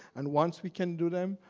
and once we can do them,